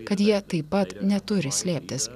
kad jie taip pat neturi slėptis